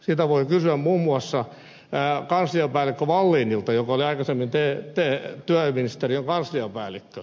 sitä voi kysyä muun muassa kansliapäällikkö wallinilta joka oli aikaisemmin työministeriön kansliapäällikkö